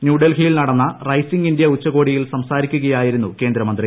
ന്യൂഡൽഹിയിൽ നടന്ന Rising India ഉച്ചകോടിയിൽ സംസാരിക്കുകയായിരുന്നു കേന്ദ്ര മന്ത്രി